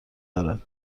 دارد